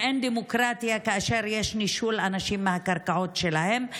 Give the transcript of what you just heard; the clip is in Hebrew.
צריכים להבין שאין דמוקרטיה כאשר יש נישול אנשים מהקרקעות שלהם,